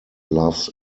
loves